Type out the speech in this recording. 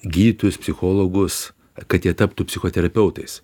gydytojus psichologus kad jie taptų psichoterapeutais